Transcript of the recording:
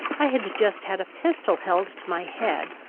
i had just had a pistol held to my head,